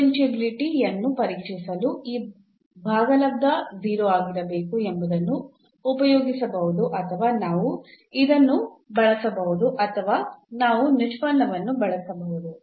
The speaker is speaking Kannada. ಡಿಫರೆನ್ಷಿಯಾಬಿಲಿಟಿ ಯನ್ನು ಪರೀಕ್ಷಿಸಲು ಈ ಭಾಗಲಬ್ಧ 0 ಆಗಿರಬೇಕು ಎಂಬುದನ್ನು ಉಪಯೋಗಿಸಬಹುದು ಅಥವಾ ನಾವು ಇದನ್ನು ಬಳಸಬಹುದು ಅಥವಾ ನಾವು ನಿಷ್ಪನ್ನವನ್ನು ಬಳಸಬಹುದು